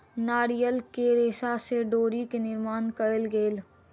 नारियल के रेशा से डोरी के निर्माण कयल गेल